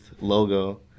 logo